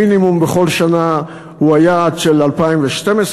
המינימום בכל שנה הוא היעד של 2012,